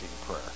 prayer